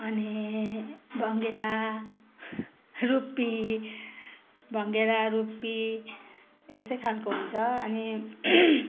अनि भङ्गेरा रुपी भङ्गेरा रुपी यस्तै खालको हुन्छ अनि